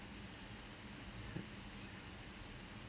the objective has been achieved